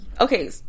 okay